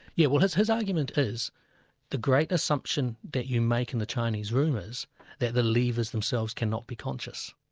yeah well his his argument is the great assumption that you make in the chinese room is that the levers themselves cannot be conscious.